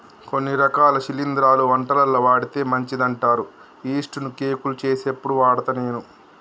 కొన్ని రకాల శిలింద్రాలు వంటలల్ల వాడితే మంచిదంటారు యిస్టు ను కేకులు చేసేప్పుడు వాడుత నేను